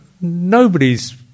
nobody's